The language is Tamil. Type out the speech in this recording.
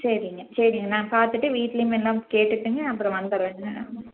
சரிங்க சரிங்க நான் பார்த்துட்டு வீட்லேயும் எல்லாம் கேட்டுவிட்டுங்க அப்புறம் வந்துடுறேங்க